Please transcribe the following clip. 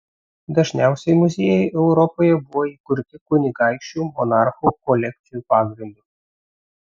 dažniausiai muziejai europoje buvo įkurti kunigaikščių monarchų kolekcijų pagrindu